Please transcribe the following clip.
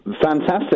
Fantastic